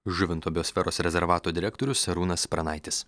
žuvinto biosferos rezervato direktorius arūnas pranaitis